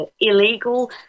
illegal